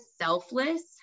selfless